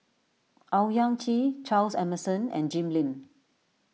Owyang Chi Charles Emmerson and Jim Lim